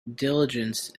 diligence